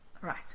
right